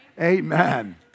amen